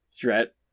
threat